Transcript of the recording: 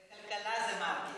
כספים זה גפני וכלכלה זה מרגי.